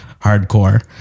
hardcore